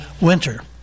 winter